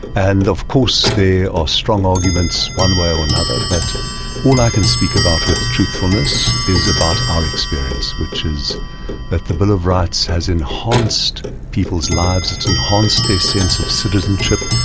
and of course there are strong arguments one way or another, but all i can speak about with truthfulness is about our experience which is that the bill of rights has enhanced people's lives, it's enhanced their sense of citizenship,